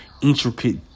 intricate